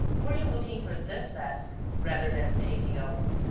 were you looking for this desk rather than anything else?